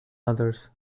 others